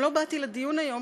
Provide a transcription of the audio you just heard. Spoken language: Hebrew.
גם לא באתי לדיון היום,